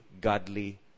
godly